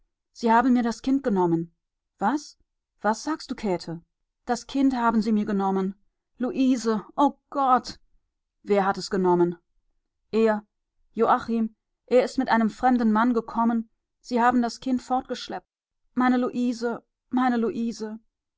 sie haben mir das kind genommen was was sagst du käthe das kind haben sie mir genommen luise o gott wer hat es genommen er joachim er ist mit einem fremden mann gekommen sie haben das kind fortgeschleppt meine luise meine luise